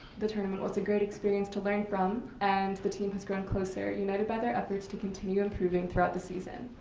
the tournament was a great experience to learn from and the team has grown closer, united by their efforts to continue improving throughout the season.